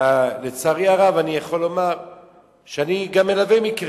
לצערי הרב, אני יכול לומר שאני גם מלווה מקרים,